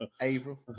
april